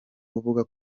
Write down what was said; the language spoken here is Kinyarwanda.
uvuga